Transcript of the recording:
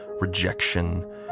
rejection